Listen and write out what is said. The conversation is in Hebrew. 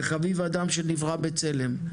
וחביב אדם שנברא בצלם.